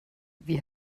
wie